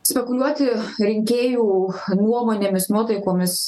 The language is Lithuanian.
spekuliuoti rinkėjų nuomonėmis nuotaikomis